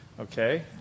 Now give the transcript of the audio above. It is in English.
Okay